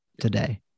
today